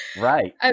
right